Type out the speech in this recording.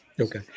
Okay